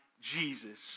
Jesus